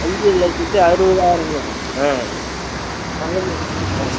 அஞ்சு லட்சத்தி அறுபதாயரங்களா ஆ ஆ